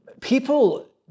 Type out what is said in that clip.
People